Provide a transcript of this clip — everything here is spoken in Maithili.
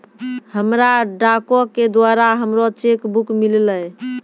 हमरा डाको के द्वारा हमरो चेक बुक मिललै